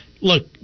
look